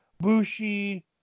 Bushi